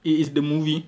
it is the movie